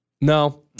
No